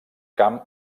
camp